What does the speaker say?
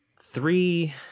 Three